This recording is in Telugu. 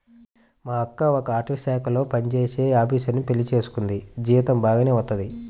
మా అక్క ఒక అటవీశాఖలో పనిజేసే ఆపీసరుని పెళ్లి చేసుకుంది, జీతం బాగానే వత్తది